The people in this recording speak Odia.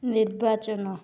ନିର୍ବାଚନ